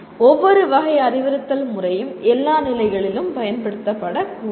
ஒவ்வொரு வகை அறிவுறுத்தல் முறையும் எல்லா நிலைகளிலும் பயன்படுத்தப்படக்கூடாது